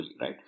right